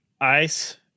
ice